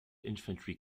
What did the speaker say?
infantry